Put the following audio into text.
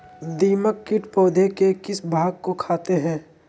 दीमक किट पौधे के किस भाग को खाते हैं?